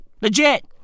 Legit